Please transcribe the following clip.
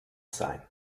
sein